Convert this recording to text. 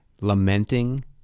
lamenting